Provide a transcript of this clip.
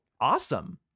Awesome